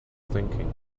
thinking